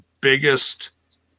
biggest